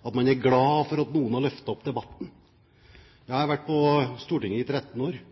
og at man er glad for at noen har løftet opp debatten. Jeg har vært på Stortinget i 13 år,